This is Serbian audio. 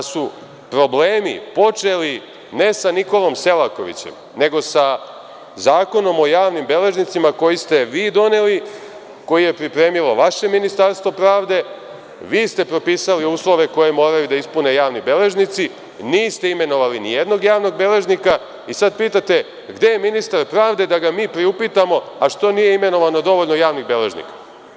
Da su problemi počeli, ne sa Nikolom Selakovićem, nego sa Zakonom o javnim beležnicima koji ste vi doneli, koji je pripremilo vaše Ministarstvo pravde, vi ste propisali uslove koje moraju da ispune javni beležnici, niste imenovali nijednog javnog beležnika i sada pitate – gde je ministar pravde da ga mi priupitamo, a što nije imenovano dovoljno javnih beležnika?